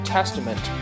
Testament